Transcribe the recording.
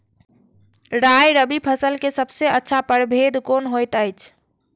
राय रबि फसल के सबसे अच्छा परभेद कोन होयत अछि?